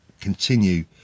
continue